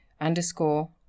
underscore